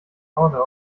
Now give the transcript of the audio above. order